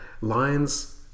lines